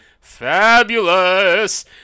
fabulous